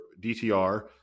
DTR